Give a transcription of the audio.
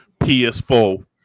PS4